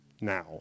now